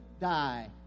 die